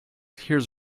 hears